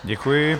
Děkuji.